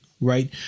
right